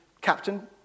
captain